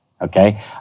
okay